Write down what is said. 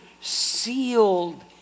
sealed